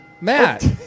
Matt